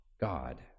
God